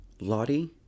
Lottie